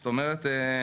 זאת אומרת,